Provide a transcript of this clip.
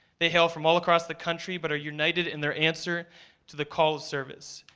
they hail from all across the country but are united in their answer to the call of service.